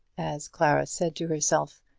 as clara said to herself,